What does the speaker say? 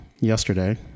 yesterday